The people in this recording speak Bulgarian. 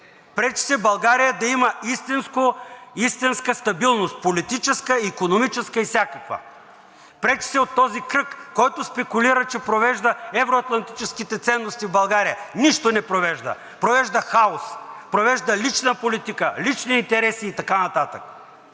Пречи се България да има истинска стабилност – политическа, икономическа и всякаква. Пречи се от този кръг, който спекулира, че провежда евро-атлантическите ценности в България. Нищо не провежда! Провежда хаос, провежда лична политика, лични интереси и така нататък.